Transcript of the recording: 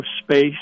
space